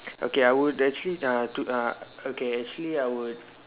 okay I would actually uh to uh okay actually I would